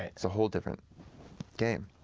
it's a whole different game.